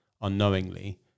unknowingly